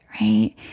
right